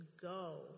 go